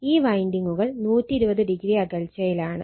ഈ വൈൻഡിംഗുകൾ 120o അകൽച്ചയിലാണ്